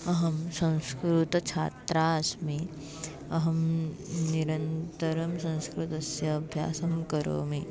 अहं संस्कृतछात्रा अस्मि अहं निरन्तरं संस्कृतस्य अभ्यासं करोमि